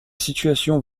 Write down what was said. situation